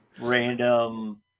random